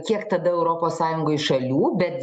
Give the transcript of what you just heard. kiek tada europos sąjungoj šalių bet